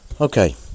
Okay